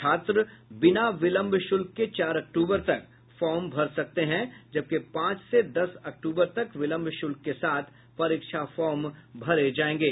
छात्र बिना विलंब शुल्क के चार अक्टूबर तक फॉर्म भर सकते हैं जबकि पांच से दस अक्टूबर तक विलंब शुल्क के साथ परीक्षा फॉर्म भरे जायेंगे